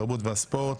התרבות והספורט.